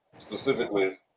specifically